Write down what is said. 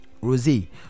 rosie